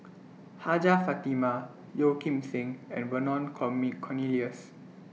Hajjah Fatimah Yeo Kim Seng and Vernon call Me Cornelius